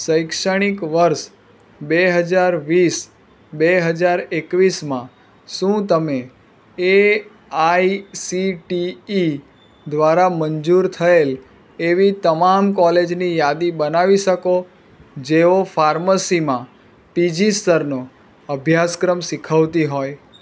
શૈક્ષણિક વર્ષ બે હજાર વીસ બે હજાર એકવીસ માં શું તમે એઆઇસીટીઇ દ્વારા મંજૂર થયેલી એવી તમામ કોલેજોની યાદી બનાવી શકો જેઓ ફાર્મસી માં પીજી સ્તરનો અભ્યાસક્રમ શીખવતી હોય